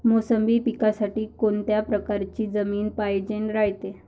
मोसंबी पिकासाठी कोनत्या परकारची जमीन पायजेन रायते?